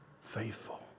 faithful